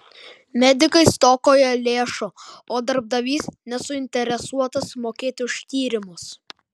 medikai stokoja lėšų o darbdavys nesuinteresuotas mokėti už tyrimus